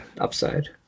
upside